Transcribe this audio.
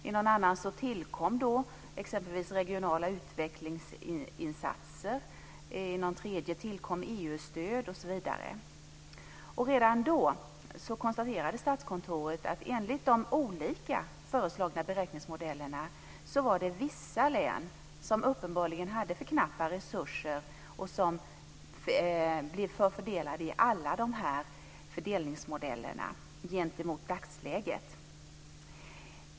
I någon annan tillkom exempelvis regionala utvecklingsinsatser. I en tredje tillkom Redan då konstaterade Statskontoret att det enligt de olika föreslagna beräkningsmodellerna var vissa län som uppenbarligen hade för knappa resurser. De blev förfördelade i alla fördelningsmodeller i förhållande till dagsläget.